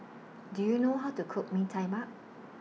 Do YOU know How to Cook Bee Tai Mak